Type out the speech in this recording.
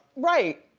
right.